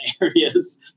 areas